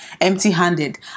empty-handed